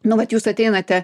nu vat jūs ateinate